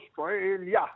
Australia